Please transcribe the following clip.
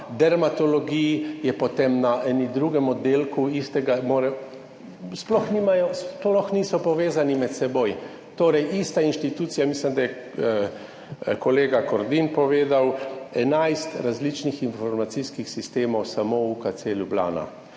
dermatologiji, je potem na enem drugem oddelku, istega, sploh niso povezani med seboj. Torej ista inštitucija, mislim, da je kolega Kordiš povedal, 11 različnih informacijskih sistemov, samo UKC Ljubljana.